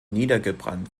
niedergebrannt